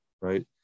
right